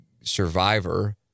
survivor